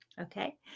Okay